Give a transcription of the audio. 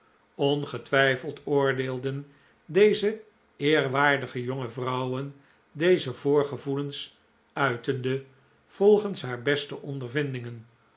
ongetwijfeld oordeelden deze eerwaardige jonge vrouwen deze voorgevoelens uitende volgens haar beste ondervindingen